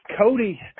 Cody